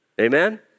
Amen